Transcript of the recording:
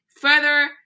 further